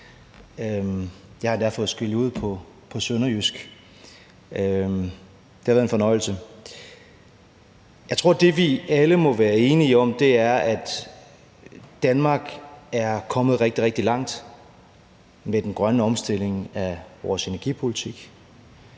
Jeg har endda fået skældud på sønderjysk. Det har været en fornøjelse. Jeg tror, det, vi alle må være enige om, er, at Danmark er kommet rigtig, rigtig langt med den grønne omstilling af vores energipolitik.